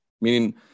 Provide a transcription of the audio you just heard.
meaning